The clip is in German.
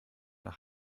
nach